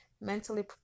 mentally